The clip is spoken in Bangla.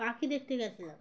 পাখি দেখতে গেছে